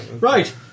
Right